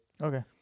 Okay